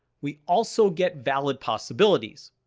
we also get valid possibilities,